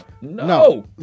No